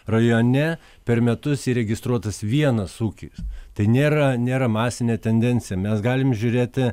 rajone per metus įregistruotas vienas ūkis tai nėra nėra masinė tendencija mes galim žiūrėti